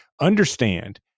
understand